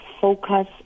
focus